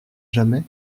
jamais